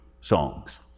songs